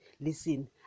listen